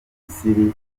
misiri